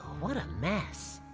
what a mess!